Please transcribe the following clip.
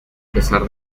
pesar